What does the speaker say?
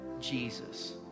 Jesus